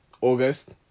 august